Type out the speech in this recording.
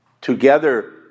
Together